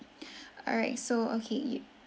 alright so okay you